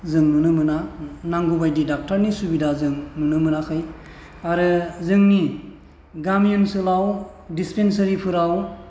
जों नुनो मोना नांगौबायदि डक्ट'रनि सुबिदा जों नुनो मोनाखै आरो जोंनि गामि ओनसोलाव डिसपेन्सारिफोराव